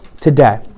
today